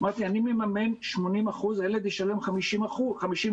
אמרתי שאני מממן 80%, הילד ישלם 50 שקלים,